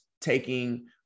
taking